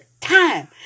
time